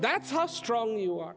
that's how strong you are